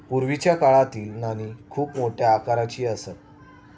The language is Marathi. पूर्वीच्या काळातील नाणी खूप मोठ्या आकाराची असत